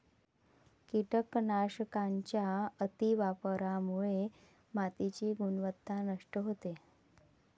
कीटकनाशकांच्या अतिवापरामुळे मातीची गुणवत्ता नष्ट होते